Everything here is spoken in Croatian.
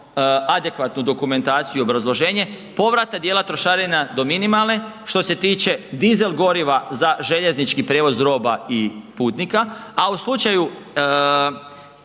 adekvatnu dokumentaciju i obrazloženje, povrata dijela trošarina do minimalne što se tiče dizel goriva za željeznički prijevoz roba i putnika, a u slučaju